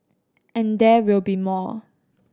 and there will be more